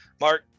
Mark